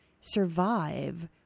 survive